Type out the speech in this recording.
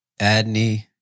Adney